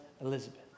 Elizabeth